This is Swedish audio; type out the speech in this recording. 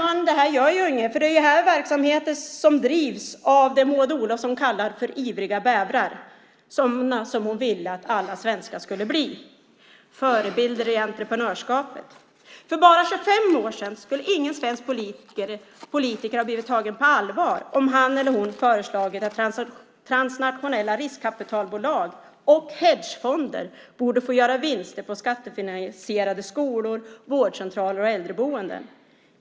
Men det här gör ju inget, för det är verksamheter som drivs av det Maud Olofsson kallar ivriga bävrar, sådana som hon ville att alla svenskar skulle bli - förebilder i entreprenörskapet. För bara 25 år sedan skulle ingen svensk politiker ha blivit tagen på allvar om han eller hon hade föreslagit att transnationella riskkapitalbolag och hedgefonder borde få göra vinster på skattefinansierade skolor, vårdcentraler och äldreboenden.